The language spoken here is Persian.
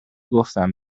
گفتم